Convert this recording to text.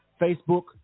facebook